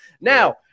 Now